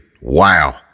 Wow